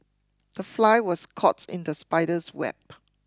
the fly was caught in the spider's web